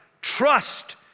trust